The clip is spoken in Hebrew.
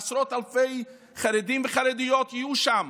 עשרות אלפי חרדים וחרדיות יהיו שם,